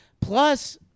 Plus